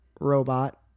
robot